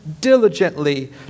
diligently